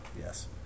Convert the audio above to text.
yes